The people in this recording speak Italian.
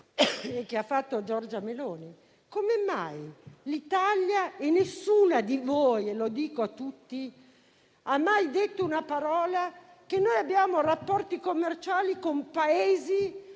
che ha avanzato Giorgia Meloni. Come mai l'Italia, e nessuno di voi (lo dico a tutti) ha mai detto una parola sul fatto che abbiamo rapporti commerciali con Paesi dove